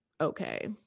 okay